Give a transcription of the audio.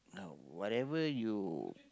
no whatever you